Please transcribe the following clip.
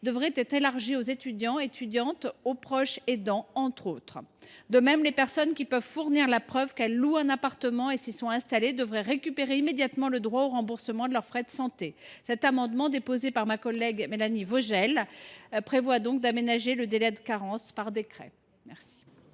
devrait être élargi aux étudiants et aux proches aidants, entre autres. De même, les personnes qui peuvent fournir la preuve qu’elles louent un appartement et s’y sont installées devraient récupérer immédiatement le droit au remboursement de leurs frais de santé. Cet amendement, déposé par ma collègue Mélanie Vogel, a pour objet d’aménager le délai de carence par décret.